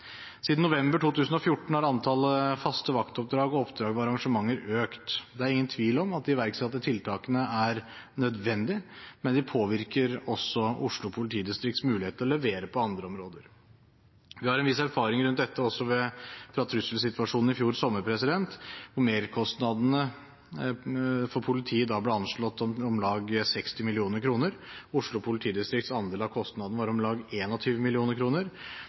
Siden november 2014 har antallet faste vaktoppdrag og oppdrag ved arrangementer økt. Det er ingen tvil om at de iverksatte tiltakene er nødvendige, men de påvirker også Oslo politidistrikts mulighet til å levere på andre områder. Vi har en viss erfaring rundt dette også fra trusselsituasjonen i fjor sommer, da merkostnadene for politiet ble anslått til om lag 60 mill. kr. Oslo politidistrikts andel av kostnadene var om lag